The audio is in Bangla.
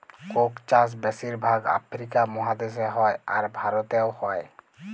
কোক চাষ বেশির ভাগ আফ্রিকা মহাদেশে হ্যয়, আর ভারতেও হ্য়য়